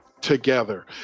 together